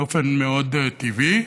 באופן מאוד טבעי.